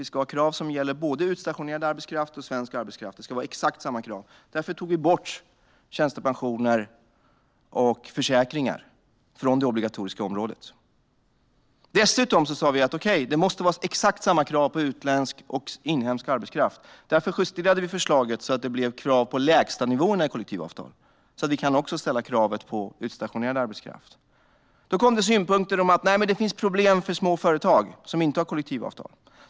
Vi ska ha krav som gäller både utstationerad arbetskraft och svensk arbetskraft. Det ska vara exakt samma krav. Därför tog vi bort tjänstepensioner och försäkringar från det obligatoriska området. Dessutom sa vi: Det måste vara exakt samma krav på utländsk och inhemsk arbetskraft. Därför justerade vi förslaget så att det blev krav på lägstanivåerna i kollektivavtal så att vi också kan ställa krav på utstationerad arbetskraft. Det kom synpunkter om att det finns problem för små företag som inte har kollektivavtal.